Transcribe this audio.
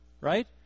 right